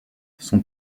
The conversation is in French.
son